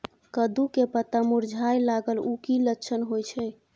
कद्दू के पत्ता मुरझाय लागल उ कि लक्षण होय छै?